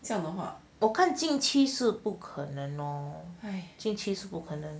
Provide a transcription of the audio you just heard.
看近期是不可能 loh